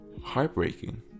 heartbreaking